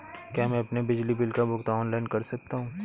क्या मैं अपने बिजली बिल का भुगतान ऑनलाइन कर सकता हूँ?